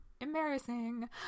Embarrassing